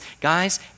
guys